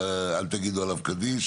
אל תגידו עליו קדיש,